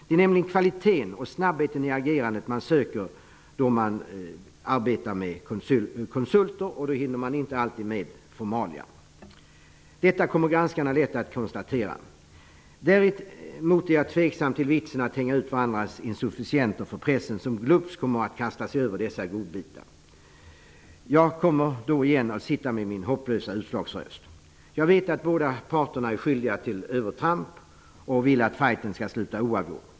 Det är nämligen kvaliteten och snabbheten i agerande man söker då man arbetar med konsulter. Då hinner man inte alltid med formalia. Detta kommer granskarna lätt att kunna konstatera. Jag är däremot tveksam till vitsen med att hänga ut varandras insufficiens för pressen, som glupskt kommer att kasta sig över dessa godbitar. Jag kommer återigen att sitta med min hopplösa utslagsröst. Jag vet att båda parterna är skyldiga till övertramp och vill att fighten skall sluta oavgjort.